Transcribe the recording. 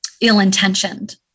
ill-intentioned